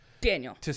daniel